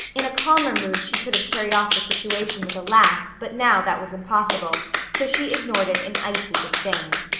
in a calmer mood she could have carried off the situation with a laugh but now that was impossible so she ignored it in icy disdain.